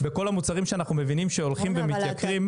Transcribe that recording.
בכל המוצרים שאנחנו מבינים שהולכים ומתייקרים.